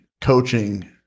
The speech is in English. coaching